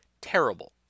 Terrible